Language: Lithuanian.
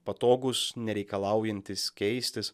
patogus nereikalaujantis keistis